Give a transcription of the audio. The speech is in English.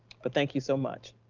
but thank you so much.